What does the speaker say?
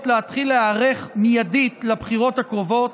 להתחיל להיערך מיידית לבחירות הקרובות,